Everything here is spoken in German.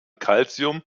calcium